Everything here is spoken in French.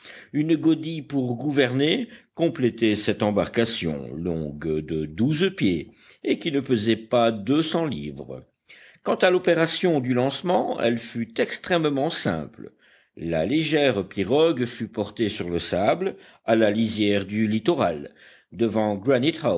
une godille pour gouverner complétaient cette embarcation longue de douze pieds et qui ne pesait pas deux cents livres quant à l'opération du lancement elle fut extrêmement simple la légère pirogue fut portée sur le sable à la lisière du littoral devant